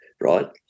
right